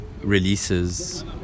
releases